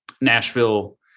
Nashville